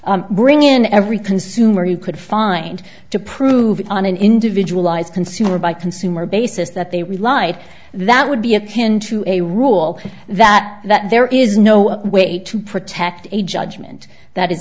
bring in every consumer you could find to prove on an individual lies consumer by consumer basis that they relied that would be akin to a rule that that there is no way to protect a judgment that i